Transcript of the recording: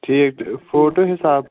ٹھیٖک چھُ فوٹو حِساب